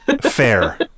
fair